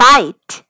Fight